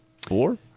Four